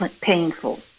painful